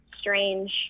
strange